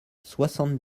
soixante